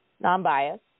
non-biased